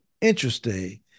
interesting